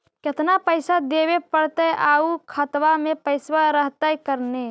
केतना पैसा देबे पड़तै आउ खातबा में पैसबा रहतै करने?